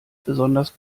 besonders